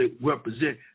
represent